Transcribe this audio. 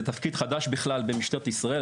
זה תפקיד חדש בכלל במשטרת ישראל,